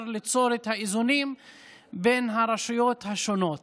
ליצור את האיזונים בין הרשויות השונות.